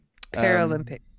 Paralympics